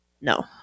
No